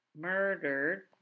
murdered